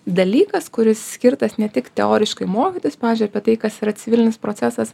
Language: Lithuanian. dalykas kuris skirtas ne tik teoriškai mokytis pavyzdžiui apie tai kas yra civilinis procesas